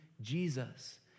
Jesus